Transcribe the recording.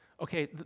Okay